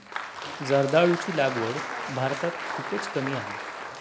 जर्दाळूची लागवड भारतात खूपच कमी आहे